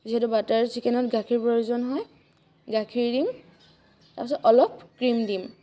যিহেতু বাটাৰ চিকেনত গাখীৰ প্ৰয়োজন হয় গাখীৰ দিম তাৰপিছত অলপ ক্ৰীম দিম